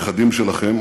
נכדים שלכם